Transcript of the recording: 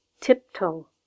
Tiptoe